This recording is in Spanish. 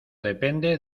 depende